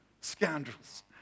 Scoundrels